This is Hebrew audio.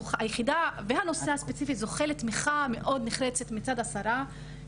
והנושא הספציפי שזוכה לתמיכה מאוד נחרצת מצד השרה,